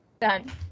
Done